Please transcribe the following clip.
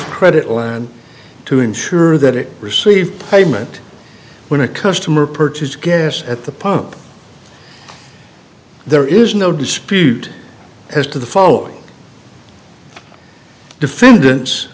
credit line to ensure that it received payment when a customer purchased gas at the pump there is no dispute as to the following defendants